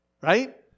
Right